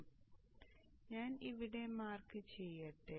അതിനാൽ ഞാൻ ഇവിടെ മാർക്ക് ചെയ്യട്ടെ